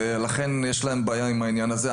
ולכן יש להם בעיה עם העניין הזה.